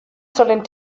sollen